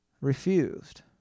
refused